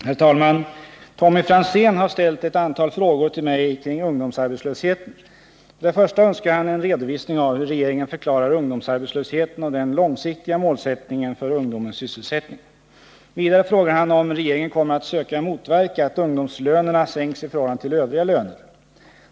Herr talman! Tommy Franzén har ställt ett antal frågor till mig kring ungdomsarbetslösheten. För det första önskar han en redovisning av hur regeringen förklarar ungdomsarbetslösheten och den långsiktiga målsättningen för ungdomens sysselsättning. Vidare frågar han om regeringen kommer att söka motverka att ungdomslönerna sänks i förhållande till övriga löner.